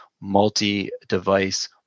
multi-device